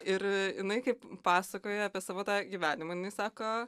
ir jinai kaip pasakoja apie savo tą gyvenimą jinai sako